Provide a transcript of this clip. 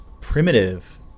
primitive